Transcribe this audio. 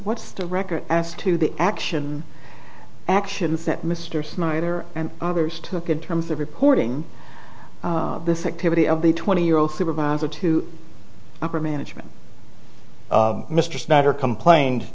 what's the record as to the action actions that mr snyder and others took in terms of reporting this activity of the twenty year old supervisor to upper management mr snyder complained